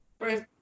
First